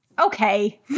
Okay